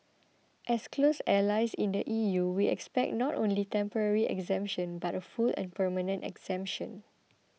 as close allies in the E U we expect not only temporary exemption but a full and permanent exemption